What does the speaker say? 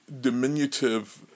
diminutive